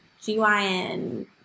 GYN